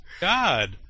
God